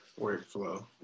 workflow